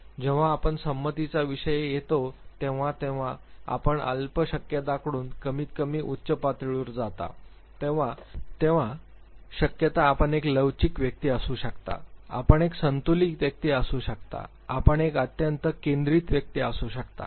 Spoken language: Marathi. जेव्हा आपण संमतीचा विषय येतो तेव्हा जेव्हा आपण अत्यल्प शक्यतांकडून कमीतकमी उच्च पातळीवर जाता तेव्हा अत्यंत शक्यता आपण एक लवचिक व्यक्ती असू शकता आपण एक संतुलित व्यक्ती असू शकता आपण एक अत्यंत केंद्रित व्यक्ती असू शकता